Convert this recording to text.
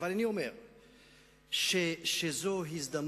אבל אני אומר שזו הזדמנות